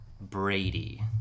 Brady